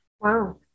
Wow